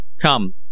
Come